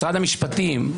משרד המשפטים,